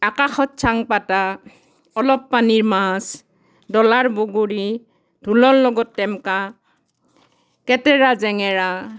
আকাশত চাং পাতা অলপ পানীৰ মাছ ডলাৰ বগৰী ঢোলৰ লগত টেমকা কেটেৰা জেঙেৰা